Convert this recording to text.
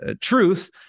truth